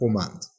command